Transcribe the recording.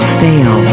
fail